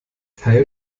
teil